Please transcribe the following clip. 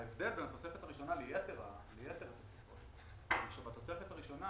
ההבדל בין התוספת הראשונה לייתר התוספות הוא שבתוספת הראשונה